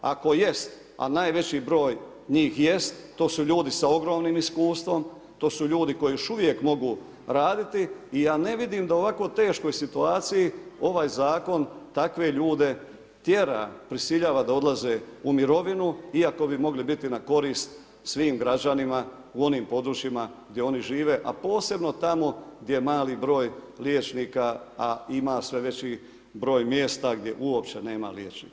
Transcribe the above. Ako jest, a najveći broj njih jest, to su ljudi sa ogromnim iskustvom, to su ljudi koji još uvijek mogu raditi i ja ne vidim da u ovako teškoj situaciji ovaj zakon takve ljude tjera, prisiljava da odlaze u mirovinu iako bi mogli biti na korist svim građanima u onim područjima gdje oni žive a posebno tamo gdje mali broj liječnika a ima sve veći broj mjesta gdje uopće nema liječnika.